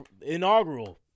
inaugural